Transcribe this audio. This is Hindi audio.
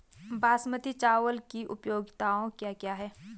बासमती चावल की उपयोगिताओं क्या क्या हैं?